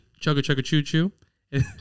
chugga-chugga-choo-choo